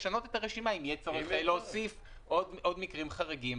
לשנות את הרשימה אם יהיה צורך להוסיף עוד מקרים חריגים.